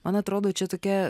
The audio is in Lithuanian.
man atrodo čia tokia